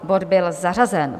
Bod byl zařazen.